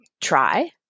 try